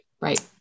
Right